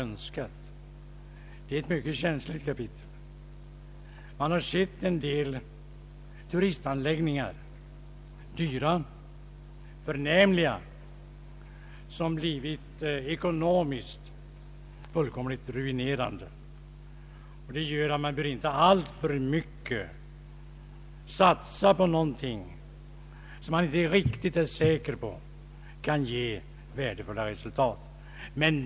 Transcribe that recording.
Detta är ceit mycket känsligt kapitel. En del dyra och förnämliga turistanläggningar har blivit ekonomiskt fullkomligt ruinerande. Det gör att man inte alltför mycket bör satsa på någonting som man inte är riktigt säker på kan ge värdefulla resultat.